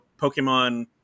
pokemon